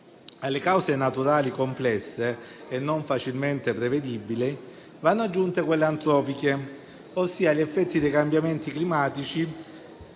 Alle cause naturali complesse e non facilmente prevedibili vanno aggiunte quelle antropiche, ossia gli effetti dei cambiamenti climatici,